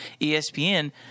ESPN